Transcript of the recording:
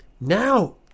now